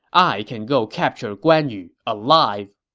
i can go capture guan yu alive!